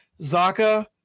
Zaka